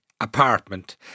apartment